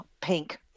pink